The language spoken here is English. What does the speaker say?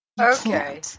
Okay